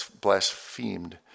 blasphemed